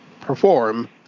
perform